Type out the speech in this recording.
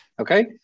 Okay